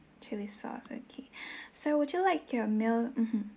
chilli sauce okay so would you like your meal mmhmm